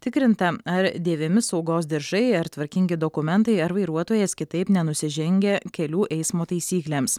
tikrinta ar dėvimi saugos diržai ar tvarkingi dokumentai ar vairuotojas kitaip nenusižengia kelių eismo taisyklėms